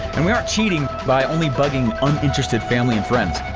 and we aren't cheating by only bugging uninterested family and friends.